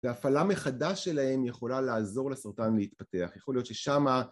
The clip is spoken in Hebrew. והפעלה מחדש שלהם יכולה לעזור לסרטן להתפתח, יכול להיות ששמה...